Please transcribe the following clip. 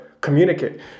communicate